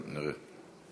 אבל נראה.